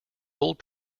old